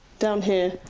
down here,